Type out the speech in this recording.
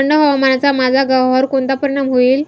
थंड हवामानाचा माझ्या गव्हावर कोणता परिणाम होईल?